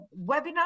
webinar